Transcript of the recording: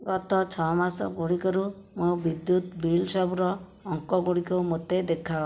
ଗତ ଛଅମାସ ଗୁଡ଼ିକରୁ ମୋ ବିଦ୍ୟୁତ୍ ବିଲ୍ ସବୁର ଅଙ୍କଗୁଡ଼ିକ ମୋତେ ଦେଖାଅ